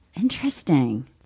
Interesting